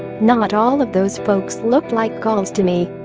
not all of those folks looked like gauls to me